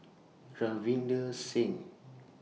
Ravinder Singh